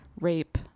rape